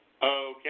Okay